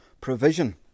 provision